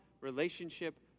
relationship